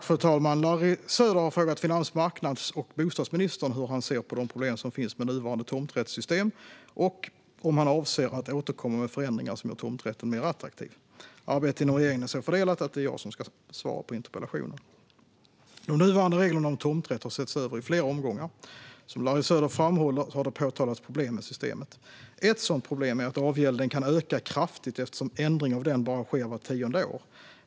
Fru ålderspresident! har frågat finansmarknads och bostadsministern hur han ser på de problem som finns med nuvarande tomträttssystem och om han avser att återkomma med förändringar som gör tomträtten mer attraktiv. Arbetet inom regeringen är så fördelat att det är jag som ska svara på interpellationen. De nuvarande reglerna om tomträtt har setts över i flera omgångar. Som Larry Söder framhåller har det påtalats problem med systemet. Ett sådant problem är att avgälden kan öka kraftigt eftersom ändring av den bara sker vart tionde år.